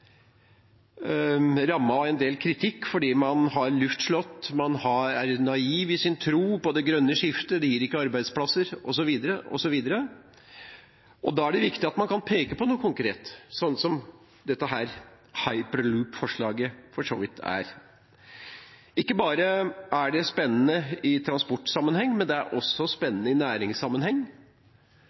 rammet av en del kritikk fordi man har luftslott – man er naiv i sin tro på det grønne skiftet, det gir ikke arbeidsplasser, osv. Da er det viktig at man kan peke på noe konkret, slik dette hyperloop-forslaget for så vidt er. Ikke bare er det spennende i transportsammenheng, men det er også spennende i næringssammenheng,